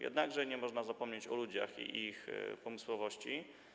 Jednakże nie można zapomnieć o ludziach i ich pomysłowości.